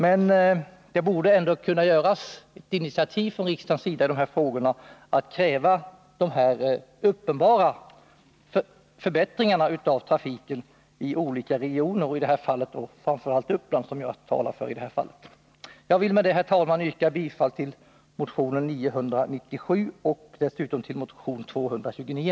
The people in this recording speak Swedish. Riksdagen borde ändå kunna ta initiativ i dessa frågor och kräva dessa uppenbara förbättringar av trafiken i olika regioner. Jag vill med detta yrka bifall till motionerna 997 och 229.